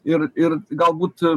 ir ir galbūt